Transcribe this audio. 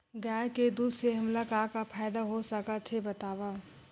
गाय के दूध से हमला का का फ़ायदा हो सकत हे बतावव?